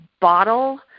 bottle